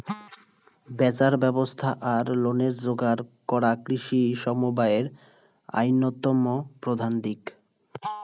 ব্যাচার ব্যবস্থা আর লোনের যোগার করা কৃষি সমবায়ের অইন্যতম প্রধান দিক